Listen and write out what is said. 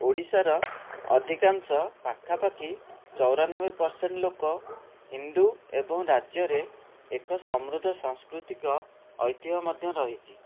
ଓଡ଼ିଶାର ଅଧିକାଂଶ ପାଖାପାଖି ଚଉରାନବେ ପରସେଣ୍ଟ୍ ଲୋକ ହିନ୍ଦୁ ଏବଂ ରାଜ୍ୟରେ ଏକ ସମୃଦ୍ଧ ସାଂସ୍କୃତିକ ଐତିହ୍ୟ ମଧ୍ୟ ରହିଛି